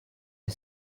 est